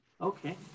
Okay